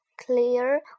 Clear